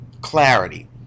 clarity